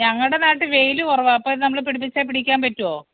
ഞങ്ങടെ നാട്ടില് വെയില് കുറവാണ് അപ്പോള് നമ്മള് പിടിപ്പിച്ചാല് പിടിക്കാൻ പറ്റുമോ